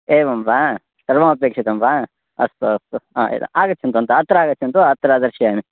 एवं वा सर्वमपेक्षितं वा अस्तु अस्तु आम् यत् आगच्छन्तु अन्तः अत्र आगच्छन्तु अत्र दर्शयामि